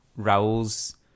Raul's